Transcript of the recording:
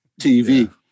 TV